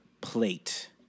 Plate